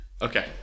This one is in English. Okay